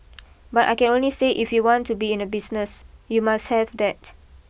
but I can only say if you want to be in a business you must have that